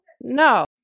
No